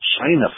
China